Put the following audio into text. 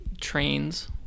trains